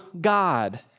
God